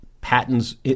patents